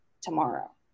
tomorrow